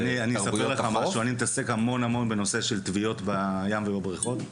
אני אספר לך משהו: אני מתעסק המון בנושא של טביעות בים ובבריכות.